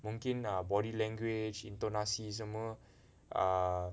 mungkin err body language intonasi semua err